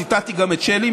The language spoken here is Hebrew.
ציטטתי גם את שלי,